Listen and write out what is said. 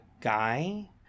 guy